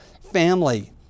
family